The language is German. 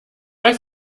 bei